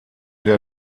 der